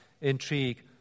intrigue